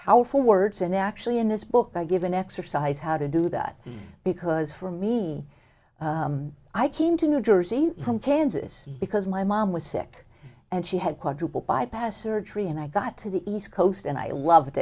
how for words and actually in this book i give an exercise how to do that because for me i came to new jersey from kansas because my mom was sick and she had quadruple bypass surgery and i got to the east coast and i loved